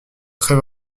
très